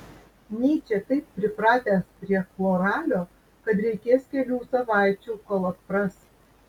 nyčė taip pripratęs prie chloralio kad reikės kelių savaičių kol atpras